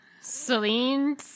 Celine